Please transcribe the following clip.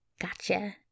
Gotcha